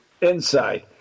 Inside